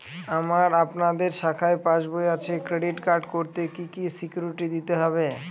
আমার আপনাদের শাখায় পাসবই আছে ক্রেডিট কার্ড করতে কি কি সিকিউরিটি দিতে হবে?